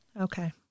Okay